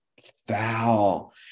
foul